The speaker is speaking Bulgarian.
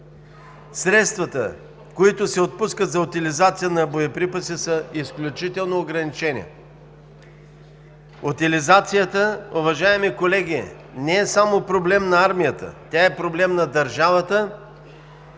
Средствата, които се отпускат за утилизация на боеприпаси, са изключително ограничени. Уважаеми колеги, утилизацията не е само проблем на армията, тя е проблем на държавата.